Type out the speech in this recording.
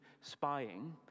spying